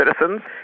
citizens